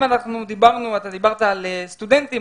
אתה דיברת על סטודנטים,